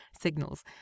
signals